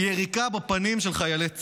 הם יריקה בפנים של חיילי צה"ל.